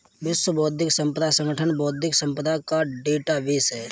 विश्व बौद्धिक संपदा संगठन बौद्धिक संपदा का डेटाबेस है